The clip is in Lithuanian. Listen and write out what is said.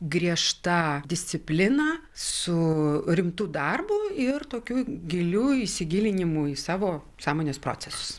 griežta disciplina su rimtu darbu ir tokiu giliu įsigilinimu į savo sąmonės procesus